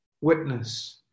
witness